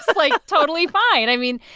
like, totally fine. i mean,